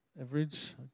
Average